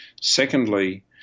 Secondly